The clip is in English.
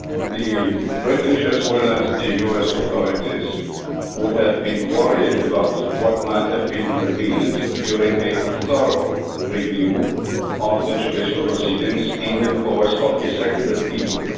the british as well as the us authorities would have been worried about what might have been revealed during a thorough review of the judicial proceedings in the course of a second appeal.